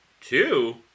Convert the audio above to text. Two